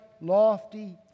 lofty